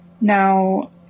Now